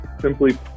simply